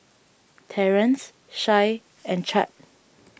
Terance Shay and Chadd